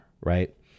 Right